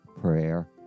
prayer